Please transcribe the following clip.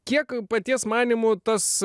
kiek paties manymu tas